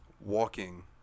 walking